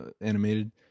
animated